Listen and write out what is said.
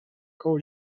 koło